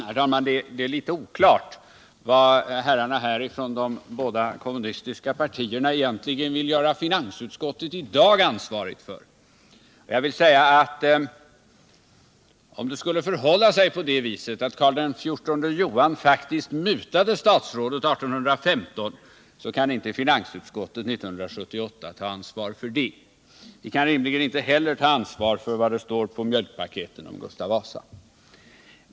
Herr talman! Det är litet oklart vad herrarna från de båda kommunistiska partierna egentligen vill göra finansutskottet ansvarigt för i dag. Om det skulle förhålla sig på det sättet att kronprins Karl Johan faktiskt mutade statsrådet 1815, kan inte finansutskottet år 1978 ta ansvar för det. Vi kan rimligen inte heller ta ansvar för vad det på mjölkpaketen står om Gustav Vasa.